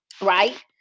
right